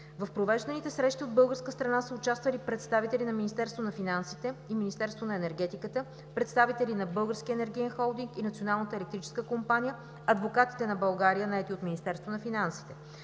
В провежданите срещи от българска страна са участвали представители на Министерството на финансите и Министерство на енергетиката, представители на Българския енергиен холдинг и Националната електрическа компания, адвокатите на България, наети от Министерството на финансите.